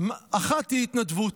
אחת היא התנדבות.